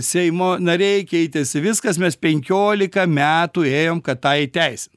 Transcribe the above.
seimo nariai keitėsi viskas mes penkiolika metų ėjom kad tą įteisint